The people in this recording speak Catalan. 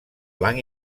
blanc